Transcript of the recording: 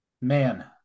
man